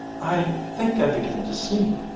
i think i begin to see.